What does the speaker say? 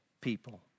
people